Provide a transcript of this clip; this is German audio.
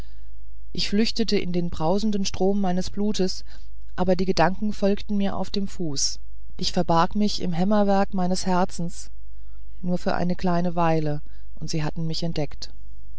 ich flüchtete in den brausenden strom meines blutes aber die gedanken folgten mir auf dem fuß ich verbarg mich im hämmerwerk meines herzens nur eine kleine weile und sie hatten mich entdeckt